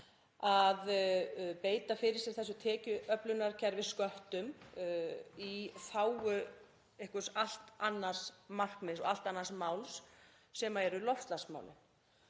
að beita fyrir sig þessu tekjuöflunarkerfi, sköttum, í þágu einhvers allt annars markmiðs og allt annars máls sem eru loftslagsmálin.